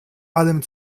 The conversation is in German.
allem